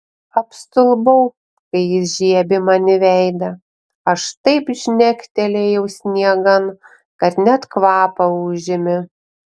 apstulbau kai jis žiebė man į veidą aš taip žnektelėjau sniegan kad net kvapą užėmė